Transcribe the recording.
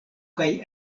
kaj